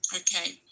okay